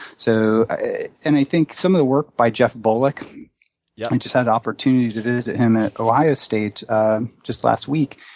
so and i think some of the work by jeff volek yeah i just had an opportunity to visit him at ohio state just last week,